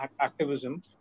activism